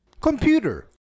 Computer